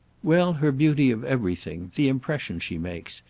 well, her beauty of everything. the impression she makes.